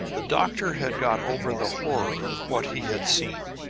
the doctor had got over the horror of what he had seen.